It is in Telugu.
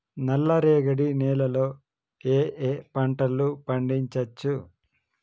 నల్లరేగడి నేల లో ఏ ఏ పంట లు పండించచ్చు?